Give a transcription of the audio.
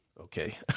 Okay